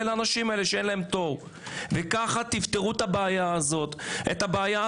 לאנשים שאין להם תור וכך תפתרו את הבעיה הזו שהיא